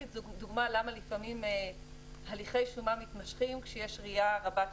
דוגמה למה לפעמים הליכי שומה מתמשכים כשיש ראייה רבת שנים.